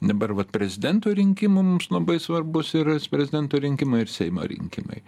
dabar vat prezidento rinkimai mums labai svarbūs ir prezidento rinkimai ir seimo rinkimai